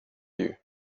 you